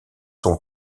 son